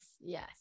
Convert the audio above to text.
yes